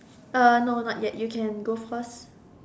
uh no not yet you can go first